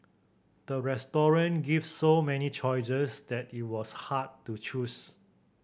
the restaurant gave so many choices that it was hard to choose